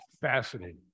Fascinating